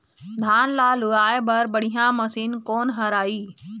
धान ला लुआय बर बढ़िया मशीन कोन हर आइ?